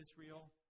Israel